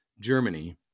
Germany